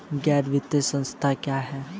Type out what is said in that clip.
गैर वित्तीय संस्था क्या है?